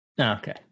Okay